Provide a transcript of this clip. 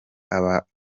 ababarirwa